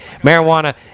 Marijuana